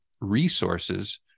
resources